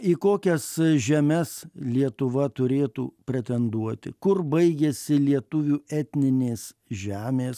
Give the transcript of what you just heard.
į kokias žemes lietuva turėtų pretenduoti kur baigiasi lietuvių etninės žemės